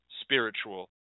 spiritual